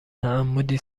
تعمدی